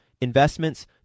investments